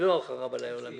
לא חרב עליי עולמי.